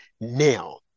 now